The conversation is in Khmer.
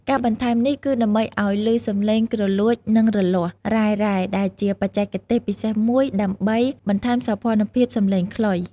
ការបន្ថែមនេះគឺដើម្បីឲ្យឮសំឡេងគ្រលួច និងរលាស់ "រ៉ែៗ" ដែលជាបច្ចេកទេសពិសេសមួយដើម្បីបន្ថែមសោភ័ណភាពសំឡេងខ្លុយ។